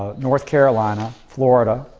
ah north carolina, florida,